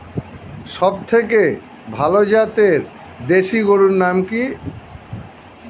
সবথেকে ভালো জাতের দেশি গরুর নাম কি?